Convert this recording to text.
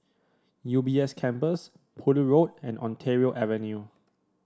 U B S Campus Poole Road and Ontario Avenue